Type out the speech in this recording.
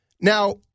now